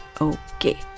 Okay